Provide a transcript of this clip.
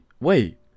Wait